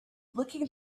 looking